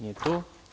Nije tu.